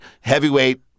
heavyweight